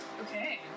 Okay